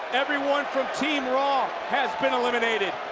everyone from team raw has been eliminated.